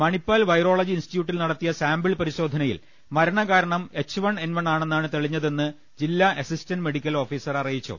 Manipal virology ഇൻസ്റ്റിറ്റ്യൂട്ടിൽ നടത്തിയ sample പരിശോധനയിൽ മരണകാരണം എച്ച് വൺ എൻ വൺ ആണെന്നാണ് തെളിഞ്ഞതെന്ന് ജില്ലാ അസിസ്റ്റന്റ് മെഡിക്കൽ ഓഫീസർ അറിയിച്ചു